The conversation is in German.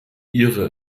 ihre